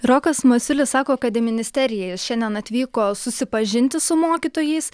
rokas masiulis sako kad į ministeriją šiandien atvyko susipažinti su mokytojais